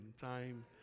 Time